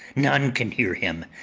none can hear him,